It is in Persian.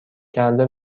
کرده